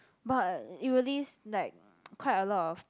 but it really is like quite a lot of